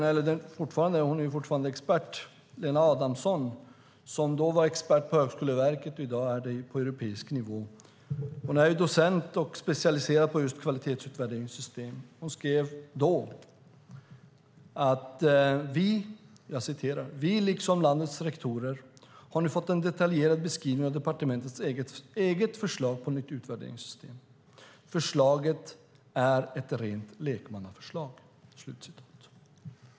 Lena Adamson, som då var expert på Högskoleverket och som i dag är expert på europeisk nivå - hon är docent och specialiserad på just kvalitetsutvärderingssystem - skrev: "Vi, liksom landets rektorer, har nu fått en detaljerad beskrivning av departementets eget förslag på nytt utvärderingssystem. Förslaget är ett rent lekmannaförslag."